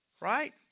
Right